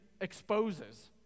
exposes